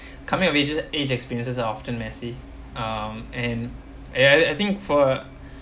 coming of age age experiences are often messy um and I've I think for